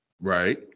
Right